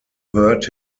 heard